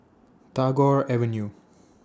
Tagore Avenue